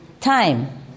Time